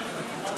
ואפילו,